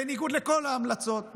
בניגוד לכל ההמלצות,